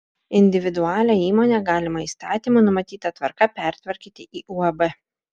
individualią įmonę galima įstatymų numatyta tvarka pertvarkyti į uab